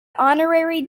honorary